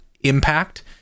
impact